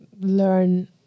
learn